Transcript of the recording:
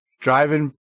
driving